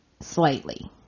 slightly